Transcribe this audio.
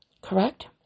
correct